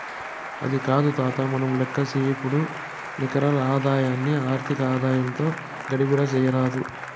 అది కాదు తాతా, మనం లేక్కసేపుడు నికర ఆదాయాన్ని ఆర్థిక ఆదాయంతో గడబిడ చేయరాదు